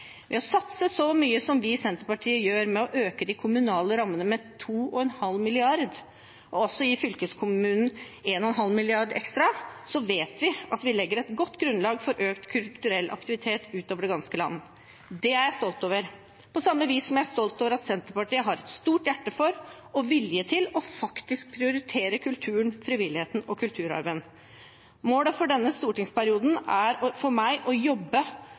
Ved å satse så mye som vi i Senterpartiet gjør, med å øke de kommunale rammene med 2,5 mrd. kr og også gi fylkeskommunen 1,5 mrd. kr ekstra, vet vi at vi legger et godt grunnlag for økt kulturell aktivitet over det ganske land. Det er jeg stolt over – på samme vis som jeg er stolt over at Senterpartiet har et stort hjerte for og vilje til faktisk å prioritere kulturen, frivilligheten og kulturarven. Målet for denne stortingsperioden er for meg å jobbe